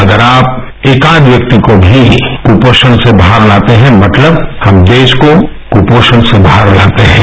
अगर आप एकाध व्यक्ति को भी कुपोषण से बाहर लाते हैं मतलब हम देश को कुपोषण से बाहर लाते हैं